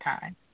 time